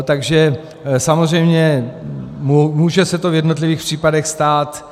Takže samozřejmě může se to v jednotlivých případech stát.